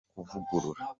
kuvugurura